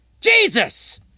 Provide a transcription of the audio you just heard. Jesus